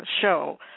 show